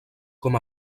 com